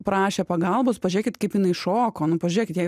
prašė pagalbos pažiūrėkit kaip jinai šoko nu pažiūrėkit jei